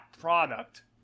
product